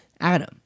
Adam